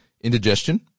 indigestion